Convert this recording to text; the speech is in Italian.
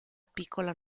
piccola